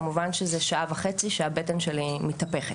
כמובן שזה שעה וחצי שהבטן שלי מתהפכת.